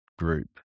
group